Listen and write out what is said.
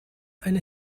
eine